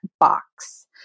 box